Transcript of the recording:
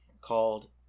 called